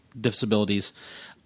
disabilities